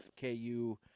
KU